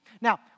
Now